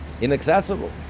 inaccessible